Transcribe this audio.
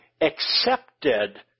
accepted